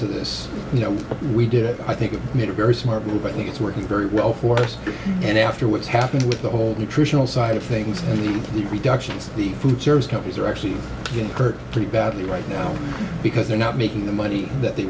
to this you know we did it i think it made a very smart move i think it's working very well for us and after what's happened with the whole nutritional side of things we need to be reductions of the food service companies are actually didn't hurt pretty badly right now because they're not making the money that they